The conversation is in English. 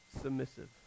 submissive